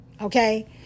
okay